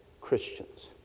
Christians